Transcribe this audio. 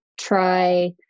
try